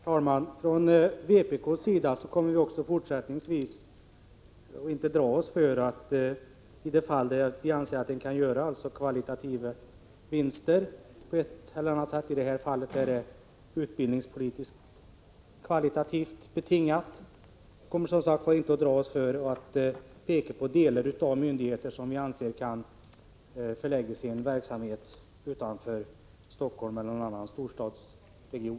Herr talman! I de fall man kan uppnå kvalitativa vinster —i det här fallet rör det sig om kvalitativa vinster som är utbildningspolitiskt betingade — kommer vi från vpk:s sida inte heller fortsättningsvis att dra oss för att peka på delar av myndigheter som vi anser kan förlägga sin verksamhet utanför Stockholmsregionen eller någon annan storstadsregion.